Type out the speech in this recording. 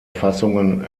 fassungen